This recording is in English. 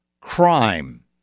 crime